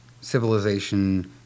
civilization